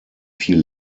viel